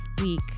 week